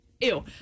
Ew